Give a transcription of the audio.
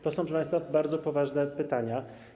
To są, proszę państwa, bardzo poważne pytania.